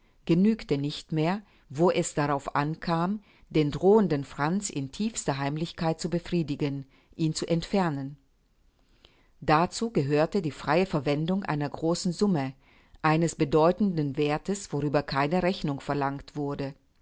genügte nicht mehr wo es darauf ankam den drohenden franz in tiefster heimlichkeit zu befriedigen ihn zu entfernen dazu gehörte die freie verwendung einer großen summe eines bedeutenden werthes worüber keine rechnung verlangt wurde